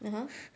(uh huh)